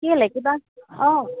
কেলেই কিবা অঁ